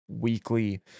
weekly